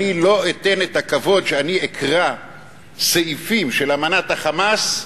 אני לא אתן את הכבוד שאני אקרא סעיפים של אמנת ה"חמאס"